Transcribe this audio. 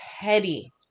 petty